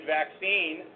vaccine